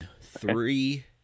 Three